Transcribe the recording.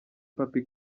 pappy